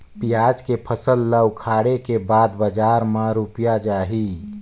पियाज के फसल ला उखाड़े के बाद बजार मा रुपिया जाही?